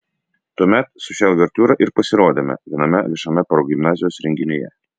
tuomet su šia uvertiūra ir pasirodėme viename viešame progimnazijos renginyje